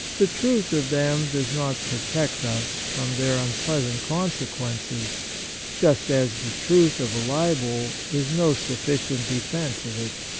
the truth of them does not protect us from their un pleasant consequences just as the truth of a libel is no sufficient defence of it.